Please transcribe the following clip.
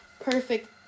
perfect